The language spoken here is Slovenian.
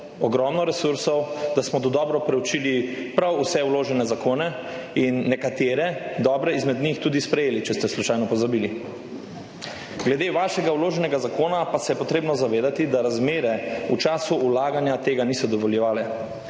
ogromno resursov, da smo dodobra preučili prav vse vložene zakone in nekatere dobre izmed njih tudi sprejeli, če ste slučajno pozabili. Glede vašega vloženega zakona pa se je potrebno zavedati, da razmere v času vlaganja tega niso dovoljevale.